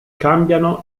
cambiano